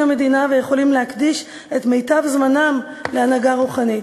המדינה ויכולים להקדיש את מיטב זמנם להנהגה רוחנית,